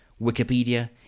Wikipedia